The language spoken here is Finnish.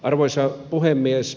arvoisa puhemies